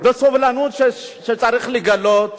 בסובלנות שצריך לגלות,